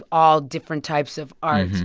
all different types of art.